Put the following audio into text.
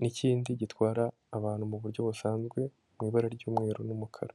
n'ikindi gitwara abantu mu buryo busanzwe, mu ibara ry'umweru n'umukara.